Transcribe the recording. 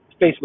Facebook